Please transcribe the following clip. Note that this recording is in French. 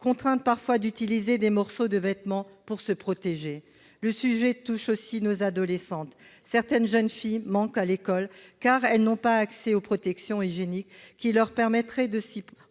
contraintes parfois à utiliser des morceaux de vêtements pour se protéger. Le sujet touche aussi nos adolescentes : certaines jeunes filles manquent l'école, car elles n'ont pas accès aux protections hygiéniques qui leur permettraient de s'y rendre